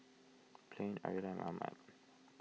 Blane Aurilla and Mohammed